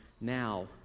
now